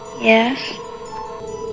Yes